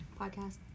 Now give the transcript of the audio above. Podcast